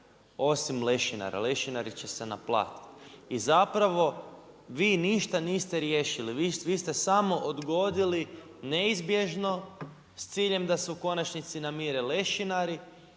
osim lešinara. Lešinari će se naplatiti. I zapravo, vi ništa niste riješili. Vi ste samo odgodili neizbježno s ciljem da se u konačnici namire lešinari